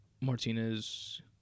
Martinez